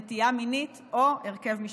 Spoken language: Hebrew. נטייה מינית או הרכב משפחתי.